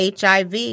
HIV